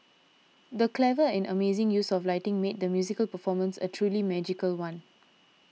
the clever and amazing use of lighting made the musical performance a truly magical one